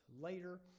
later